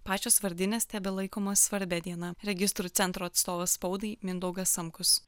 pačios vardinės tebelaikomos svarbia diena registrų centro atstovas spaudai mindaugas samkus